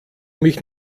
mich